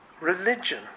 religion